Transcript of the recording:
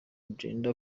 brenda